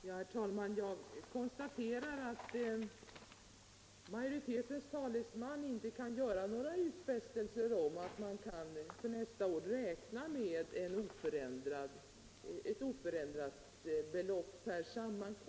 Herr talman! Jag noterar att majoritetens talesman inte kan göra några utfästelser om att man för nästa år åtminstone kan räkna med ett oförändrat belopp per sammankomst.